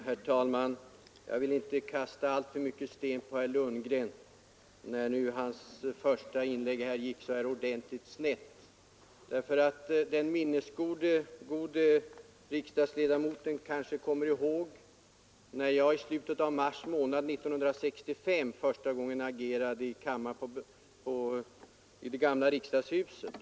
Herr talman! Jag vill inte kasta alltför mycket sten på herr Lundgren när nu hans första debatt i riksdagen gick ordentligt snett. Den minnesgode riksdagsledamoten kanske kommer ihåg när jag i slutet av mars månad 1965 första gången agerade i det gamla riksdagshuset.